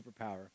superpower